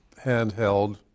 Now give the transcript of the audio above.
handheld